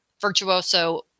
Virtuoso